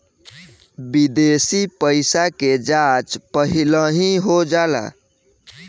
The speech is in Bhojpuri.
विदेशी पइसा के जाँच पहिलही हो जाला